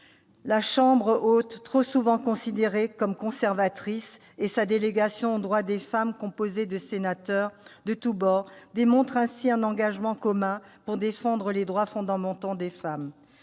La chambre haute, trop souvent considérée comme conservatrice, et sa délégation aux droits des femmes, composée de sénateurs de tous bords, démontrent ainsi un engagement commun pour défendre les droits fondamentaux des femmes.